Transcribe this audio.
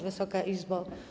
Wysoka Izbo!